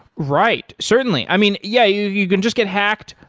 right. certainly. i mean, yeah you you can just get hacked,